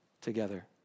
together